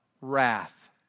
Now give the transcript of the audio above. wrath